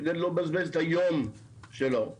כדי לא לבזבז את היום שלו.